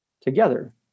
together